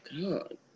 God